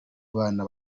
bana